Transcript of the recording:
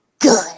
good